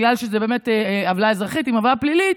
בגלל שזו עוולה אזרחית עם עוולה פלילית,